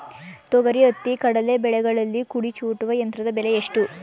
ತೊಗರಿ, ಹತ್ತಿ, ಕಡಲೆ ಬೆಳೆಗಳಲ್ಲಿ ಕುಡಿ ಚೂಟುವ ಯಂತ್ರದ ಬೆಲೆ ಎಷ್ಟು?